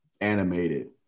animated